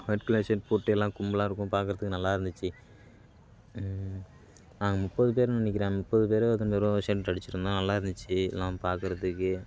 white colour shirt போட்டு எல்லாம் கும்பலாக இருக்கும் பார்க்கறத்துக்கு நல்லா இருந்துச்சு நாங்கள் முப்பது பேர் நினைக்கிறேன் முப்பது பேரோ எத்தனை பேரோ அடிச்சுருந்தேன் நல்லா இருந்துச்சு எல்லாம் பார்க்கறதுக்கு